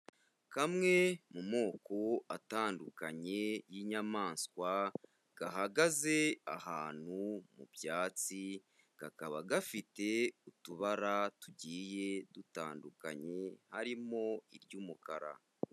Kamwe mu moko atandukanye y'inyamaswa, gahagaze ahantu mu byatsi; kakaba gafite utubara tugiye dutandukanye, harimo iry'umukara.